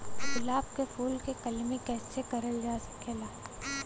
गुलाब क फूल के कलमी कैसे करल जा सकेला?